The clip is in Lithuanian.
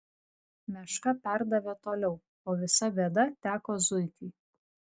meška perdavė toliau o visa bėda teko zuikiui